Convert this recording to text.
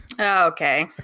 Okay